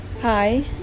Hi